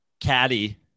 Caddy